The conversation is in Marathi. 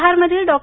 बिहारमधील डॉ